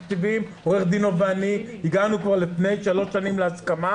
עו"ד דנינו ואני הגענו כבר לפני שלוש שנים להסכמה